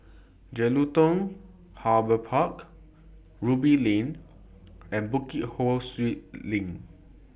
Jelutung Harbour Park Ruby Lane and Bukit Ho Swee LINK